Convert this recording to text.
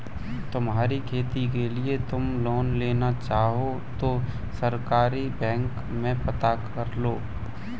तुम्हारी खेती के लिए तुम लोन लेना चाहो तो सहकारी बैंक में पता करलो